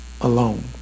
alone